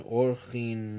orchin